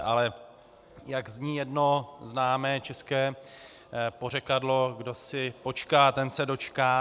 Ale jak zní jedno známé české pořekadlo, kdo si počká, ten se dočká.